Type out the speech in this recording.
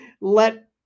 let